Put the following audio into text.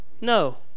No